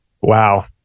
Wow